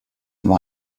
war